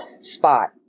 spot